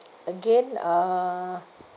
again uh